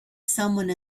someone